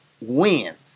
wins